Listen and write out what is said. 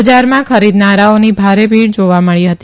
બજારમાં ખરીદનારાઓની ભારે ભીડ જોવા મળી હતી